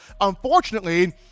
unfortunately